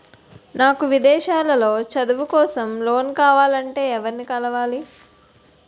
నాకు విదేశాలలో చదువు కోసం లోన్ కావాలంటే ఎవరిని కలవాలి?